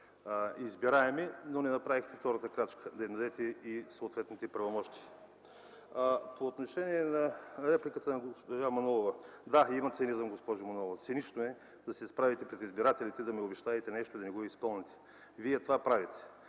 избираеми, но не направихте втората крачка – да им дадете и съответните правомощия. По отношение на репликата на госпожа Манолова – да, има цинизъм, госпожо Манолова. Цинично е да се изправите пред избирателите, да им обещаете нещо и да не го изпълните. Вие това правите!